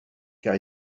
car